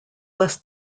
less